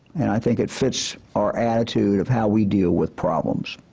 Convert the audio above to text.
and i think it fits our attitude of how we deal with problems.